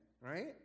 right